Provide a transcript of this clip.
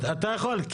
אתה יכול?